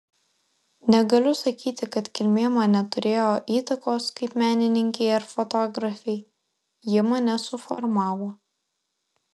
negaliu sakyti kad kilmė man neturėjo įtakos kaip menininkei ar fotografei ji mane suformavo